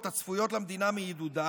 הצפויות למדינה מעידודה,